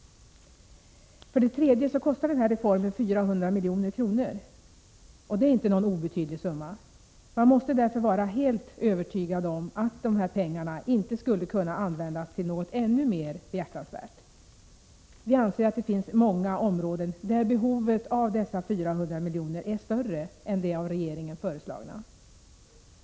För det tredje kostar den här reformen 400 milj.kr. Det är inte någon obetydlig summa. Man måste därför vara helt övertygad om att dessa pengar inte skulle kunna användas till något ännu mer behjärtansvärt. Vi anser att det finns många områden där behovet av dessa 400 miljoner är större än på det av regeringen föreslagna området.